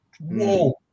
Whoa